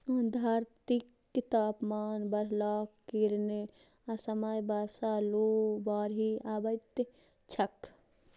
धरतीक तापमान बढ़लाक कारणें असमय बर्षा, लू, बाढ़ि अबैत छैक